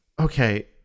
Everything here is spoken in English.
okay